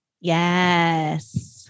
yes